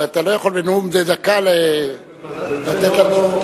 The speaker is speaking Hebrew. אבל אתה לא יכול בנאום בן דקה לתת לנו,